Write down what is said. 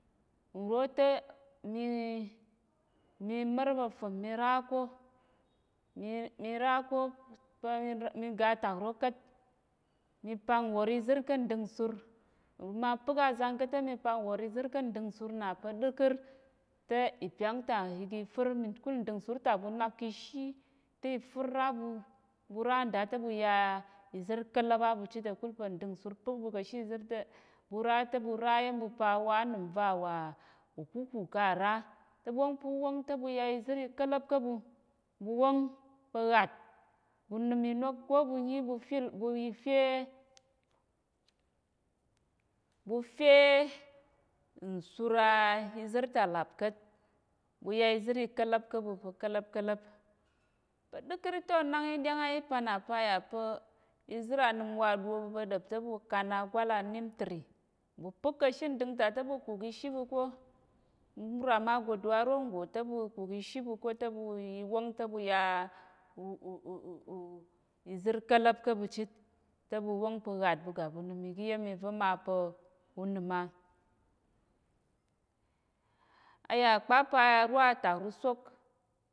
Nrote mi mi ma̱r pa̱ fìm mirako mirako pa̱ miga taroka̱t mipang wor izir ka̱ nding sur ma pək azang ka̱te mipang wor izir ka̱ nding sur napa̱ ɗəkər te ipyangta igi firmi kul ndingsurta ɓunak kishi ti fir aɓu ɓu ra nda te ɓuya izir kələp aɓu chit kakul pa̱ nding sur pək ɓu kashi zirte ɓu ra te ɓu ra yemɓu pa wa nimva wa ukukù kara tə wongpu wong ta̱ ɓuya zir ikələp. kaɓu ɓuwong pa̱ ha̱t ɓu niminok ko ɓu nyi ɓu fye ɓu fye nsur a izirta lapka̱t ɓuya zir ikələp kaɓu pa̱ kələp- kələp pa̱ ɗəkər te unangyi ɗyang ayi pana pa̱ ayapa̱ izir animwa do ɓu pa̱ɗa̱p te ɓu kan agwal animtree ɓu pək kashi ndingta te ɓu kuk ishi buko ɓu agodo arongote ɓu kuk ishi ɓuko teɓu yiwong təbuya izir ka̱la̱p kaɓu chhit ta̱ ɓu wong pa̱ ha̱t ɓu gaɓu nim ogi yem iva̱ mapa̱ unim a ayakpa pa̱ arwa atakrusok.